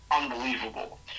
unbelievable